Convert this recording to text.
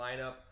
lineup